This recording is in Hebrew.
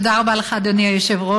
תודה רבה לך, אדוני היושב-ראש.